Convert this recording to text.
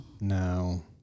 No